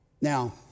Now